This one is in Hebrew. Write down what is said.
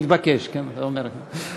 כמתבקש, כן, אתה אומר את זה.